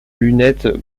lunette